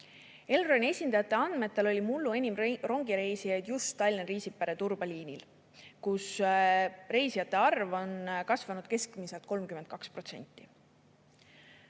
Elroni esindajate andmetel oli mullu enim rongireisijaid just Tallinna–Riisipere–Turba liinil, kus reisijate arv oli kasvanud keskmiselt 32%.